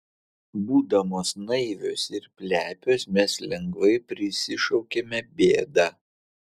būdamos naivios ir plepios mes lengvai prisišaukiame bėdą